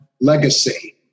legacy